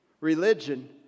religion